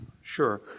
Sure